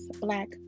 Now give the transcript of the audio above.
black